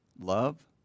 love